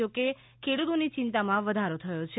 જોકે ખેડૂતોની ચિંતામાં વધારો થયો છે